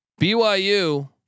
BYU